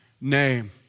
name